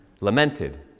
Lamented